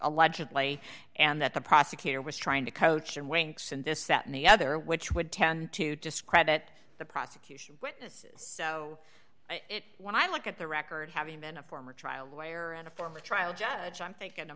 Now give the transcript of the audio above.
allegedly and that the prosecutor was trying to coach and winks and this that and the other which would tend to discredit the prosecution witnesses so it when i look at the record having been a former trial lawyer and a former trial judge i'm thinking to